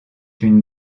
une